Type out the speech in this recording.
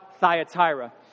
Thyatira